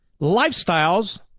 lifestyles